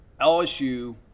LSU